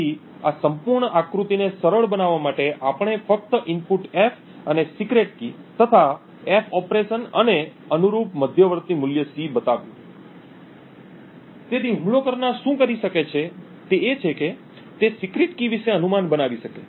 તેથી આ સંપૂર્ણ આકૃતિને સરળ બનાવવા માટે આપણે ફક્ત ઇનપુટ F અને સિક્રેટ કી તથા F ઓપરેશન અને અનુરૂપ મધ્યવર્તી મૂલ્ય C બતાવ્યું તેથી હુમલો કરનાર શું કરી શકે તે એ છે કે તે સિક્રેટ કી વિશે અનુમાન બનાવી શકે